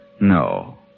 No